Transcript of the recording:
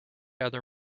other